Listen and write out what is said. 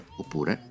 oppure